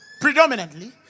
Predominantly